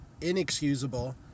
inexcusable